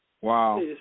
Wow